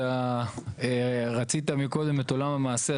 אתה רצית מקודם את עולם המעשה,